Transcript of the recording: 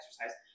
exercise